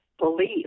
belief